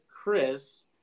Chris